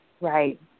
Right